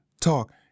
talk